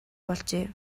болжээ